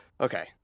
Okay